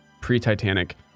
pre-Titanic